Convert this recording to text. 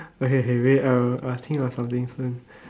okay okay wait ah I think of something first